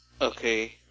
Okay